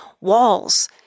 walls